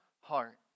heart